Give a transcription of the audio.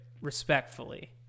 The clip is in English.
respectfully